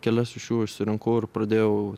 kelias iš jų išsirinkau ir pradėjau